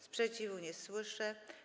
Sprzeciwu nie słyszę.